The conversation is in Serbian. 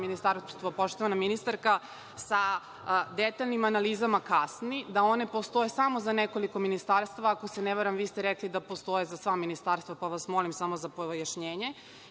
ministarstvo, poštovana ministarka, sa detaljnim analizama kasni, da one postoje samo za nekoliko ministarstava. Ako se ne varam vi ste rekli da postoje za sva ministarstva, pa vas molim za pojašnjenje